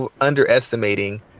underestimating